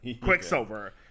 quicksilver